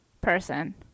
person